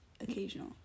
occasional